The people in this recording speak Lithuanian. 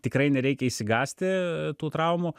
tikrai nereikia išsigąsti tų traumų